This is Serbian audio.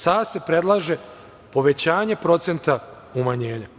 Sada se predlaže povećanje procenta umanjenja.